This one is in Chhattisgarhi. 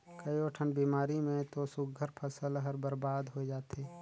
कयोठन बेमारी मे तो सुग्घर फसल हर बरबाद होय जाथे